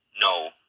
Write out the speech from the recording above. No